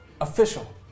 official